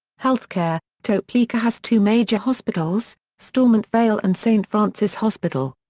health care topeka has two major hospitals, stormont-vail and st. francis hospital.